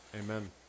Amen